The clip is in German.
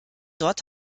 dort